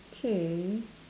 k